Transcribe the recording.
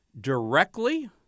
directly